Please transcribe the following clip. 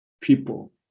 people